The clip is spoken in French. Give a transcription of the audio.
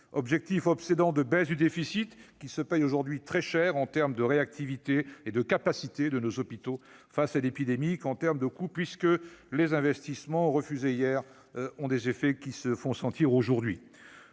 objectif obsédant de baisse du déficit se paye aujourd'hui très cher, tant en termes de réactivité et de capacités de nos hôpitaux face à l'épidémie qu'en termes de coûts, puisque les effets des refus d'investissements d'hier se font sentir aujourd'hui.